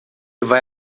vai